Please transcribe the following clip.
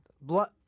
blood